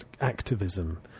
activism